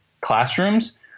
classrooms